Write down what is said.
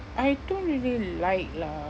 I don't really like lah